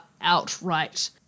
outright